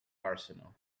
arsenal